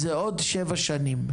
אז זה עוד שבע שנים.